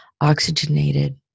oxygenated